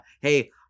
Hey